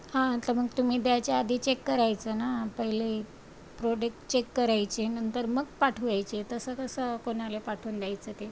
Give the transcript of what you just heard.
हा तर मग तुम्ही द्यायच्या आधी चेक करायचं ना पहिले प्रोडेक्ट चेक करायचे नंतर मग पाठवायचे तसं कसं कोणालाही पाठवून द्यायचं ते